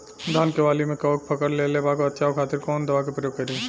धान के वाली में कवक पकड़ लेले बा बचाव खातिर कोवन दावा के प्रयोग करी?